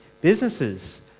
Businesses